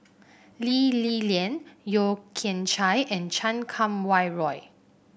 Lee Li Lian Yeo Kian Chai and Chan Kum Wah Roy